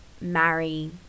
marry